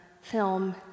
film